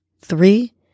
three